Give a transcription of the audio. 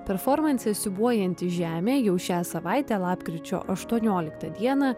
performanse siūbuojanti žemė jau šią savaitę lapkričio aštuonioliktą dieną